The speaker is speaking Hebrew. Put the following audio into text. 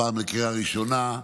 הפעם בקריאה ראשונה,